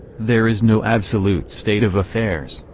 there is no absolute state of affairs,